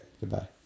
Goodbye